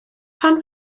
pan